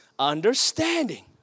Understanding